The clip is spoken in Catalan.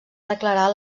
declarar